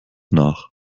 nach